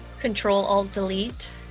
Control-Alt-Delete